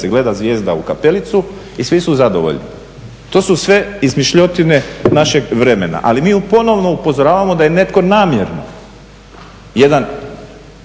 gleda zvijezda u kapelicu i svi su zadovoljni. To su sve izmišljotine našeg vremena. Ali mi ponovno upozoravamo da je netko namjerno jedan